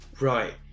Right